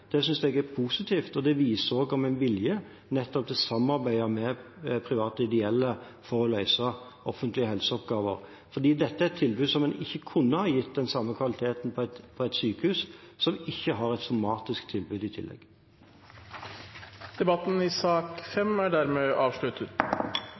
jeg er positivt. Det viser også en vilje til nettopp å samarbeide med private ideelle for å løse offentlige helseoppgaver, for dette er et tilbud som man ikke kunne ha gitt med samme kvalitet på et sykehus som ikke har et somatisk tilbud i tillegg. Replikkordskiftet er omme. Flere har ikke bedt om ordet til sak